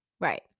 Right